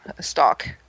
stock